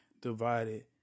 divided